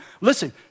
Listen